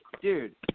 dude